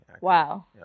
Wow